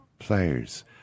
players